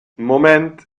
moment